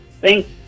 Thanks